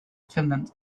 finland